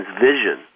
vision